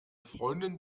freundin